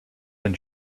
than